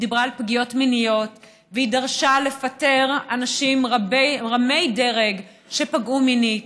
היא דיברה על פגיעות מיניות והיא דרשה לפטר אנשים רמי-דרג שפגעו מינית.